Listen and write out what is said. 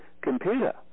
computer